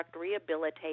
rehabilitate